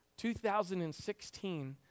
2016